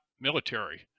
military